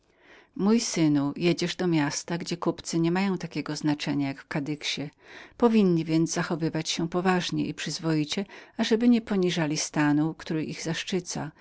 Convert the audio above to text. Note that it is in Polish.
mój synu jedziesz do miasta gdzie kupcy nie mają tyle znaczenia jak w kadyxie powinni więc zachowywać się poważnie i przyzwoicie ażeby nie poniżali stanu który ich zaszczyca